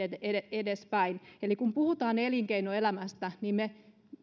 edespäin kun puhutaan elinkeinoelämästä niin me